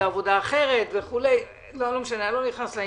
אסור לנו